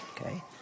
okay